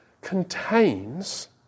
contains